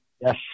Yes